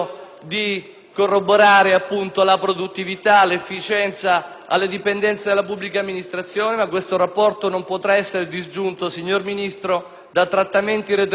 corroborare la produttività, l'efficienza alle dipendenze della pubblica amministrazione. Tuttavia, questo rapporto non potrà essere disgiunto, signor Ministro, da trattamenti retributivi